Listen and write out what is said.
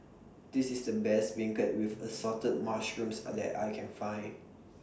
This IS The Best Beancurd with Assorted Mushrooms that I Can Find